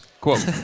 quote